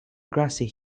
grassy